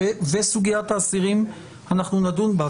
וסוגיית האסירים, אנחנו נדון בה.